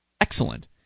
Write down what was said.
Excellent